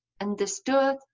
understood